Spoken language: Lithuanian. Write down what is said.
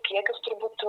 kiekis turbūt